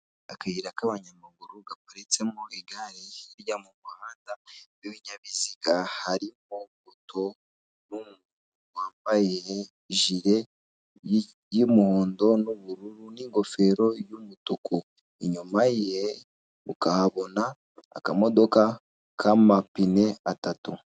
Akayira k'abanyamaguru gaturutsemo igare rijya muhanda w'ibinyabiziga harimo utu wambaye ijire y'umuhondo n'ubururu n'ingofero y'umutuku, inyuma ye ukahabona akamodoka kamapine atatu.